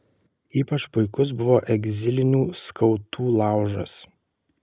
ypač puikus buvo egzilinių skautų laužas